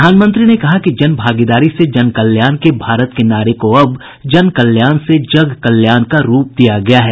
प्रधानमंत्री ने कहा कि जन भागीदारी से जन कल्याण के भारत के नारे को अब जन कल्याण से जग कल्याण का रूप दिया गया है